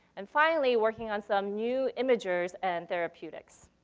and finally working on some new imagers and therapeutics.